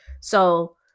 So-